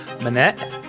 manette